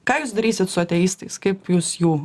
ką jūs darysit su ateistais kaip jūs jų